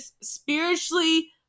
spiritually